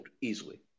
easily